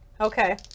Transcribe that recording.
Okay